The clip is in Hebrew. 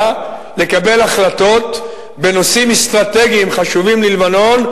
לקבל החלטות בנושאים אסטרטגיים חשובים ללבנון,